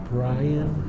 Brian